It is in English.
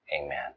amen